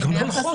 זה גם לא נכון.